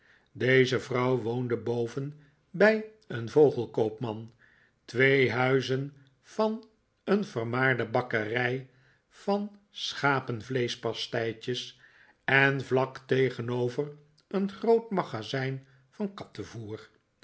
deze juffrouw woonde boven bij een vogelkoopman twee huizen van een vermaarde bakkerij van schapenvleeschpasteitjes en vlak tegenover een groot magaxijn van